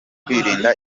kwirinda